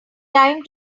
time